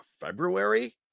february